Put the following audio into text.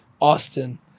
Austin